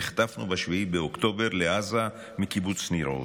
נחטפנו ב-7 באוקטובר לעזה מקיבוץ ניר עוז.